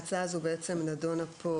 ההצעה הזו בעצם נדונה פה,